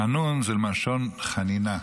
חנון זה מלשון חנינה,